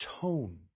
tone